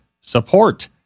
support